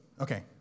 okay